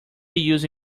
use